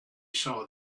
saw